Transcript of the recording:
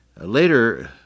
later